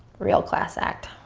real class act,